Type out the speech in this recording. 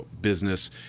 business